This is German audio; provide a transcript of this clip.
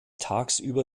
tagsüber